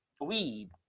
weed